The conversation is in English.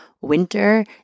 winter